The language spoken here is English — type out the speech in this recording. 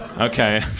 okay